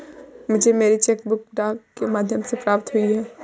मुझे मेरी cheque book डाक के माध्यम से प्राप्त हुई है